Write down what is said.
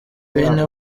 bene